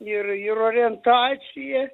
ir ir orientacija